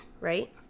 right